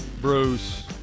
Bruce